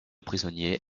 prisonniers